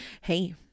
Hey